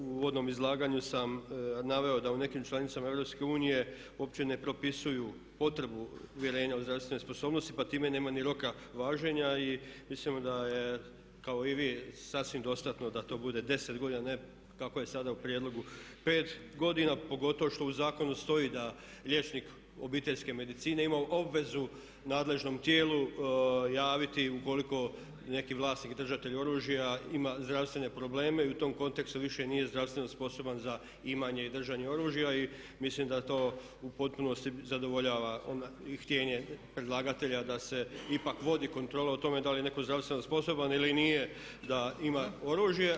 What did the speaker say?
U uvodnom izlaganju sam naveo da u nekim članicama EU uopće ne propisuju potrebu uvjerenja o zdravstvenoj sposobnosti pa time nema ni roka važenja i mislimo da je kao i vi sasvim dostatno da to bude 10 godina a ne kako je sada u prijedlogu 5 godina pogotovo što u zakonu stoji da liječnik obiteljske medicine ima obvezu nadležnom tijelu javiti ukoliko neki vlasnik, držatelj oružja ima zdravstvene probleme i u tom kontekstu više nije zdravstveno sposoban za imanje i držanje oružja i mislim da to u potpunosti zadovoljava htjenje predlagatelja da se ipak vodi kontrola o tome da li je netko zdravstveno sposoban ili nije da ima oružje.